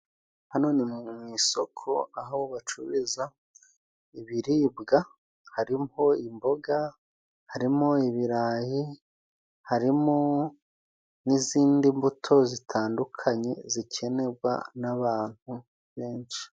Hano ni mu isoko aho bacururiza ibiribwa, harimo imboga, harimo ibirayi, harimo n'izindi mbuto zitandukanye zikenerwa n'abantu benshi.